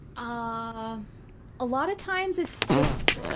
ah a lot of times it's just,